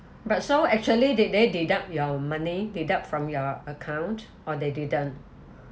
but so actually did they deduct your money deduct from your account or they didn't